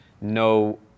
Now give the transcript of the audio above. no